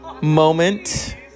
moment